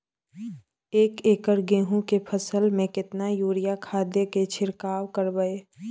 एक एकर गेहूँ के फसल में केतना यूरिया खाद के छिरकाव करबैई?